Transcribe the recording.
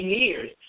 years